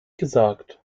gesagt